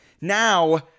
now